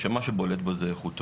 שמה שבולט בו זה איכותו.